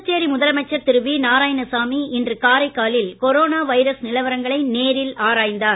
புதுச்சேரி முதலமைச்சர் திரு வி நாராயணசாமி இன்று காரைக்காலில் கொரோனா வைரஸ் நிலவரங்களை நேரில் ஆராய்ந்தார்